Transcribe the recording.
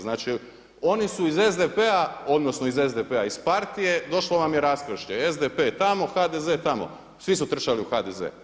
Znači oni su iz SDP-a, odnosno iz Partije, došlo vam je raskršće, SDP tamo, HDZ tamo, svi su trčali u HDZ.